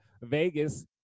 Vegas